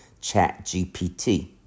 ChatGPT